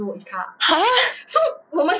!huh!